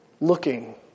looking